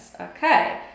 Okay